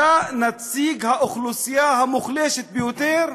אתה נציג האוכלוסייה המוחלשת ביותר,